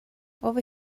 over